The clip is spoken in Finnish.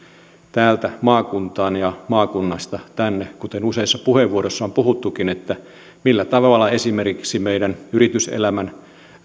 täältä maakuntaan ja maakunnasta tänne kuten useissa puheenvuoroissa on puhuttukin siitä millä tavalla esimerkiksi meidän yrityselämän